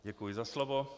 Děkuji za slovo.